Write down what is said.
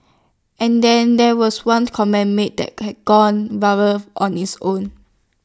and then there was one comment made that has gone viral on its own